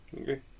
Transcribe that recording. Okay